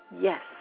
Yes